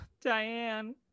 Diane